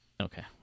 Okay